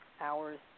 hours